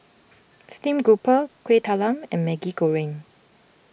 Steamed Grouper Kueh Talam and Maggi Goreng